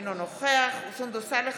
אינו נוכח סונדוס סאלח,